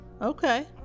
Okay